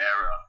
era